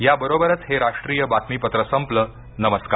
या बरोबरच हे राष्ट्रीय बातमीपत्र संपलं नमस्कार